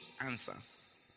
answers